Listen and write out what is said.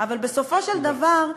אבל בסופו של דבר,